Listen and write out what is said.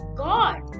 god